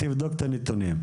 תבדוק את הנתונים.